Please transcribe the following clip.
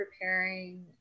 preparing